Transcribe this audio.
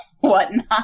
whatnot